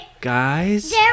Guys